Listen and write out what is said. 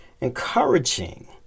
encouraging